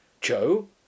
joe